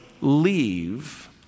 leave